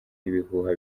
ibihuha